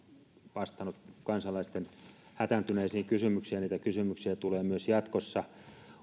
vastannut kansalaisten hätääntyneisiin kysymyksiin ja niitä kysymyksiä tulee myös jatkossa